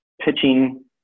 pitching